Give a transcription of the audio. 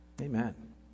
Amen